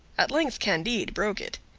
at length candide broke it.